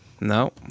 No